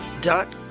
dot